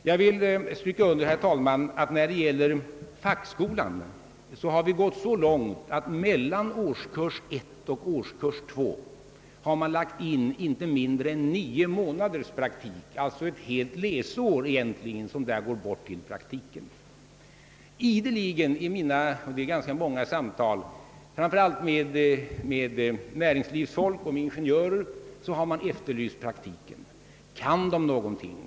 Jag vill understryka, herr talman, att för fackskolans del har vi gått så långt, att vi mellan årskurs 1 och årskurs 2 lagt in inte mindre än nio månaders praktik, alltså egentligen ett helt läsår. Ideligen vid mina ganska många samtal, framför allt med representanter från näringslivet, med ingenjörer, har man efterlyst praktiken. Kan de någonting?